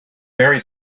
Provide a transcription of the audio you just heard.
very